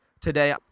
today